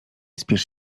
spiesz